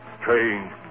strange